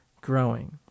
growing